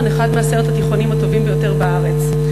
אחד מעשרת התיכונים הטובים ביותר בארץ.